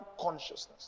consciousness